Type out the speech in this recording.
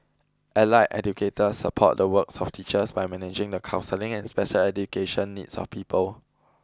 allied educators support the works of teachers by managing the counselling and special education needs of pupils